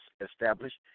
established